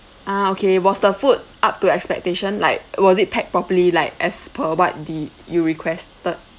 ah okay was the food up to expectation like was it packed properly like as per what the you requested